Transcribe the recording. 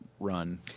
Run